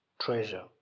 treasure